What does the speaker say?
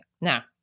Now